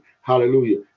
Hallelujah